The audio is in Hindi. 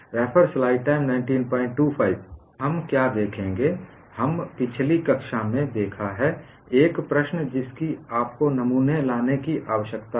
अब हम क्या देखेंगे हम पिछली कक्षा में देखा है एक प्रश्न जिसकी आपको नमूने लाने की आवश्यकता है